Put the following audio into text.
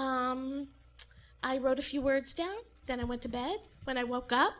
home i wrote a few words down then i went to bed when i woke up